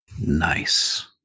Nice